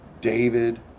David